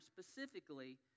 specifically